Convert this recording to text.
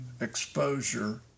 exposure